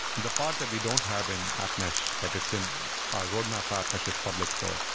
the part that we don't have in app mesh but it's in roadmap for app mesh is public so ah